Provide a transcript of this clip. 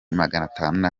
maganatanu